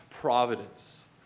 providence